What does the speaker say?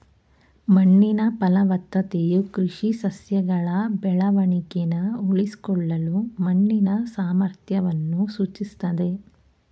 ಮಣ್ಣಿನ ಫಲವತ್ತತೆಯು ಕೃಷಿ ಸಸ್ಯಗಳ ಬೆಳವಣಿಗೆನ ಉಳಿಸ್ಕೊಳ್ಳಲು ಮಣ್ಣಿನ ಸಾಮರ್ಥ್ಯವನ್ನು ಸೂಚಿಸ್ತದೆ